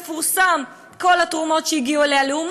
כל התרומות שהגיעו אליה מפורסמות,